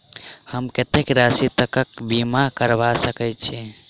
हम कत्तेक राशि तकक बीमा करबा सकैत छी?